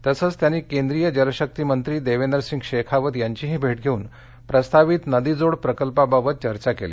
तसच त्यांनी केंद्रीय जलशक्ती मंत्री देवेंद्रसिंग शेखावत यांचीही भेट घेऊन प्रस्तावित नदी जोड प्रकल्पाबाबत चर्चा केली